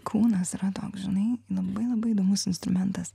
kūnas yra toks žinai labai labai įdomus instrumentas